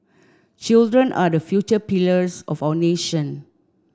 children are the future pillars of our nation